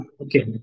Okay